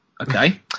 Okay